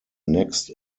next